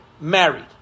married